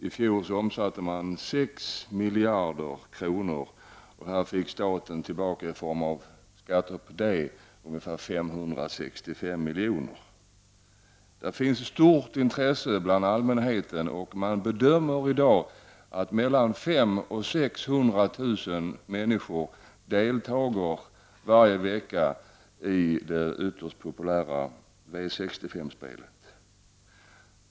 I fjol omsattes 6 miljarder kronor och av dessa pengar fick staten i form av skatter tillbaka ungefär 565 milj.kr. Intresset är stort bland allmänheten. Man bedömer att mellan 500 000 och 600 000 människor deltar varje vecka i det ytterst populära V65-spelet.